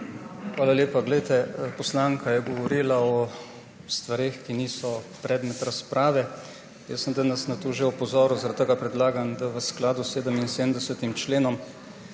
Hvala lepa. Poglejte, poslanka je govorila o stvareh, ki niso predmet razprave. Jaz sem danes na to že opozoril, zaradi tega predlagam, da v skladu s 77. členom,